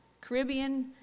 Caribbean